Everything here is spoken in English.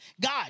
God